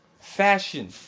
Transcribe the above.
Fashion